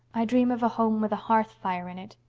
i dream of a home with a hearth-fire in it,